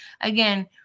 Again